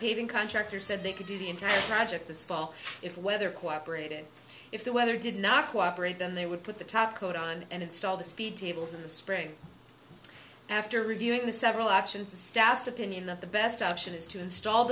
paving contractor said they could do the entire project this fall if weather cooperated if the weather did not cooperate then they would put the top coat on and install the speed tables in the spring after reviewing the several actions of staff's opinion that the best option is to install